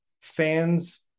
fans